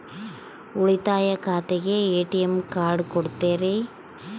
ಉಳಿತಾಯ ಖಾತೆಗೆ ATM card ಕೊಡ್ತೇರಿ?